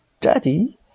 daddy